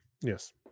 Yes